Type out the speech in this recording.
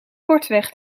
kortweg